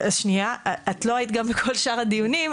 את לא היית גם בכל שאר הדיונים,